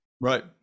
Right